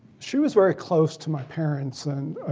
she was very close to my parents. and